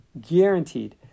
Guaranteed